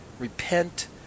Repent